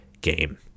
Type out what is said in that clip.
game